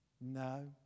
No